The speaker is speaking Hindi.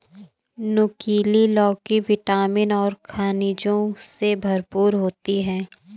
नुकीला लौकी विटामिन और खनिजों से भरपूर होती है